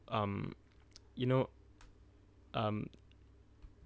um you know um